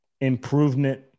improvement